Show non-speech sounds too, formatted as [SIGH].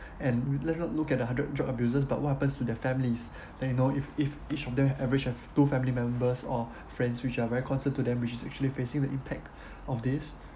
[BREATH] and let's not look at a hundred drug abusers but what happens to their families [BREATH] that you know if if each of them average of two family members or [BREATH] friends which are very concern to them which is actually facing the impact [BREATH] of this